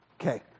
Okay